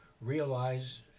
realize